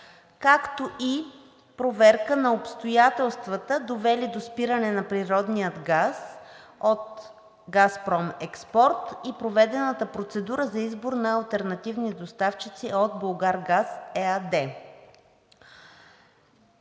„както и проверка на обстоятелствата, довели до спиране на природния газ от ООО „Газпром Експорт“ и проведената процедура за избор на алтернативни доставчици от „Булгаргаз“ ЕАД“,